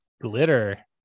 glitter